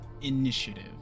initiative